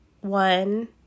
one